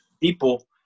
people